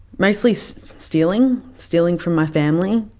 mostly so stealing. stealing from my family.